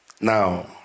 Now